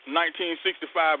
1965